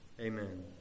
amen